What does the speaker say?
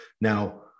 Now